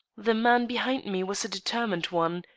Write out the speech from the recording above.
the man behind me was a determined one.